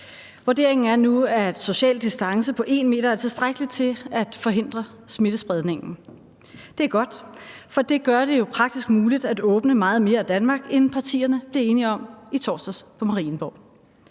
Vurderingen er nu, at social distance på 1 m er tilstrækkeligt til at forhindre smittespredningen. Det er godt, for det gør det jo praktisk muligt at åbne meget mere af Danmark, end partierne blev enige om i torsdags på Marienborg.